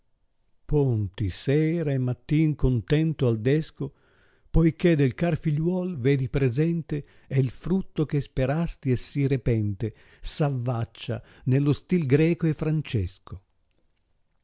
ponti sera e mattin contento al desco poiché del car figliuol vedi presente el fruito che speresti e sì repente s avvaccia ne lo stil greco e francesco